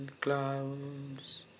clouds